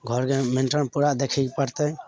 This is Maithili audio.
घरके मेन्टन पुरा देखैके पड़तै